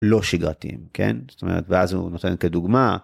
לא שגרתיים כן זאת אומרת ואז הוא נותן כדוגמה.